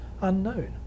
unknown